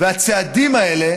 והצעדים האלה